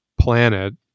planet